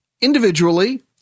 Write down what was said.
individually